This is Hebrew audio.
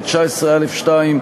19(א)(2),